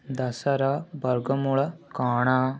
ଦଶର ବର୍ଗ ମୂଳ କ'ଣ